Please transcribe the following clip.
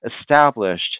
established